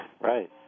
Right